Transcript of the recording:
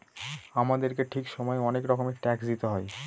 আমাদেরকে ঠিক সময়ে অনেক রকমের ট্যাক্স দিতে হয়